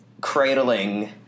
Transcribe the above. cradling –